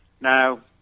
now